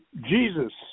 Jesus